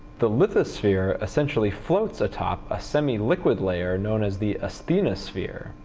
the lithosphere essentially floats atop a semi liquid layer known as the asthenosphere,